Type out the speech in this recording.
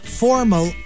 formal